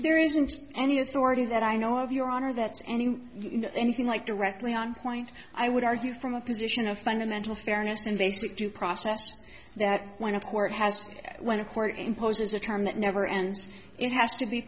there isn't any authority that i know of your honor that's any anything like directly on point i would argue from a position of fundamental fairness in basic due process that went to court has when a court imposes a term that never ends it has to be